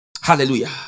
Hallelujah